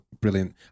brilliant